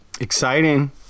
exciting